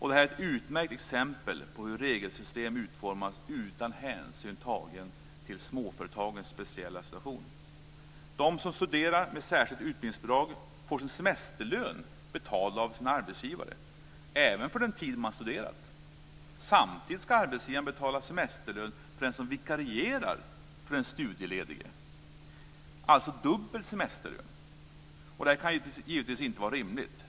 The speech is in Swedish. Det är ett utmärkt exempel på hur regelsystem utformas utan hänsyn tagen till småföretagens speciella situation. De som studerar med särskilt utbildningsbidrag får sin semesterlön betald av sina arbetsgivare, även för den tid de studerat. Samtidigt ska arbetsgivaren betala semesterlön för den som vikarierar för den studieledige - alltså dubbel semesterlön. Det kan givetvis inte vara rimligt.